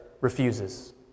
refuses